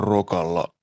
Rokalla